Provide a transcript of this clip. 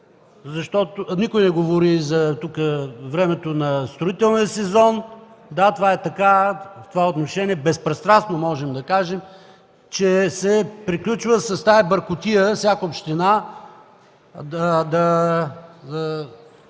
Защото никой не говори за времето на строителния сезон. Да, това е така, в това отношение безпристрастно можем да кажем, че се приключва с тази бъркотия всяка община да